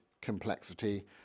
complexity